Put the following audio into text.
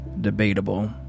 Debatable